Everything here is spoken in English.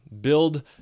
build